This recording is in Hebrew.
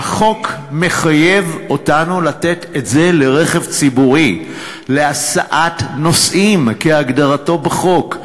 החוק מחייב אותנו לתת את זה לרכב ציבורי להסעת נוסעים כהגדרתו בחוק.